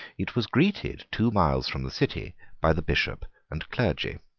it was greeted two miles from the city by the bishop and clergy.